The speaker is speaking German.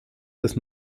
das